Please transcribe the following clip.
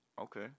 Okay